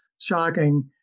shocking